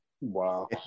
Wow